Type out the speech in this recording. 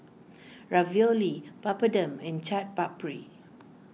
Ravioli Papadum and Chaat Papri